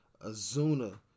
Azuna